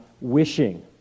wishing